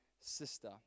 sister